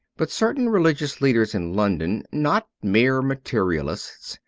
but certain religious leaders in london, not mere materialists,